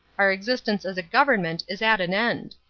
our existence as a government is at an end.